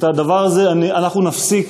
את הדבר הזה אנחנו נפסיק.